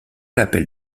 l’appel